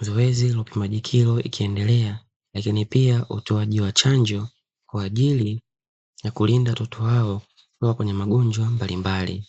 zoezi la upimaji kilo likiendelea lakini pia utuoaji wa chanjo, kwa ajili ya kulinda watoto hao kuwa kwenye magonjwa mbalimbali.